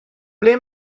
ble